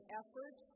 effort